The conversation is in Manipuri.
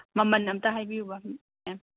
ꯃꯃꯜ ꯑꯝꯇ ꯍꯥꯏꯕꯤꯎꯕ ꯃꯦꯝ